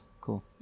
Cool